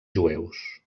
jueus